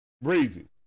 Breezy